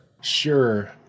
Sure